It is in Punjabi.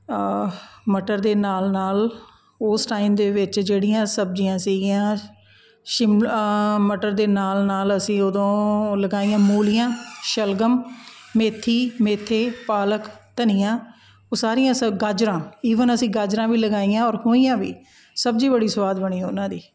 ਮਟਰ ਦੇ ਨਾਲ਼ ਨਾਲ਼ ਉਸ ਟਾਈਮ ਦੇ ਵਿੱਚ ਜਿਹੜੀਆਂ ਸਬਜ਼ੀਆਂ ਸੀਗੀਆਂ ਸ਼ਿਮਲਾ ਮਟਰ ਦੇ ਨਾਲ਼ ਨਾਲ਼ ਅਸੀਂ ਉਦੋਂ ਲਗਾਈਆਂ ਮੂਲੀਆਂ ਸ਼ਲਗਮ ਮੇਥੀ ਮੇਥੇ ਪਾਲਕ ਧਨੀਆ ਉਹ ਸਾਰੀਆਂ ਸ ਗਾਜਰਾਂ ਈਵਨ ਅਸੀਂ ਗਾਜਰਾਂ ਵੀ ਲਗਾਈਆਂ ਔਰ ਹੋਈਆਂ ਵੀ ਸਬਜ਼ੀ ਬੜੀ ਸਵਾਦ ਬਣੀ ਉਹਨਾਂ ਦੀ